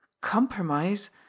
Compromise